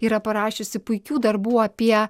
yra parašiusi puikių darbų apie